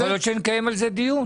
יכול להיות שנקיים על זה דיון.